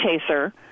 chaser